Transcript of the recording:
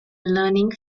learning